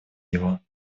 его